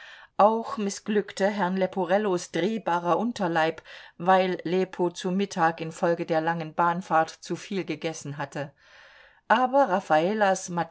auch mißglückte herrn leporellos drehbarer unterleib weil lepo zu mittag infolge der langen bahnfahrt zuviel gegessen hatte aber